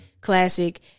Classic